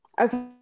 Okay